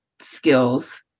skills